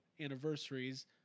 Anniversaries